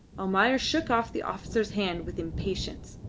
almayer shook off the officer's hand with impatience,